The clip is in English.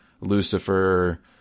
Lucifer